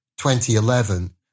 2011